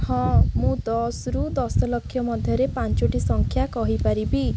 ହଁ ମୁଁ ଦଶରୁୁ ଦଶ ଲକ୍ଷ ମଧ୍ୟରେ ପାଞ୍ଚଟି ସଂଖ୍ୟା କହିପାରିବି